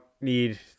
need